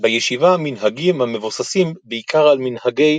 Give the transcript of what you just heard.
בישיבה מנהגים המבוססים בעיקר על מנהגי